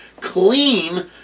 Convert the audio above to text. clean